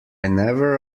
never